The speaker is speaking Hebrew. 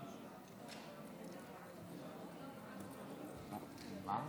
בהתרגשות רבה